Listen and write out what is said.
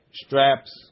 straps